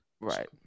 Right